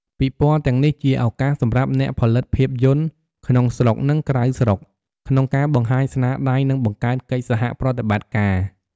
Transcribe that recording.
ពិព័រណ៍ទាំងនេះជាឱកាសសម្រាប់អ្នកផលិតភាពយន្តក្នុងស្រុក និងក្រៅស្រុកក្នុងការបង្ហាញស្នាដៃ និងបង្កើតកិច្ចសហប្រតិបត្តិការ។